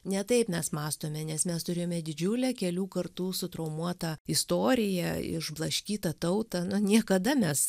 ne taip mes mąstome nes mes turėjome didžiulę kelių kartų sutraumuotą istoriją išblaškytą tautą nu niekada mes